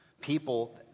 people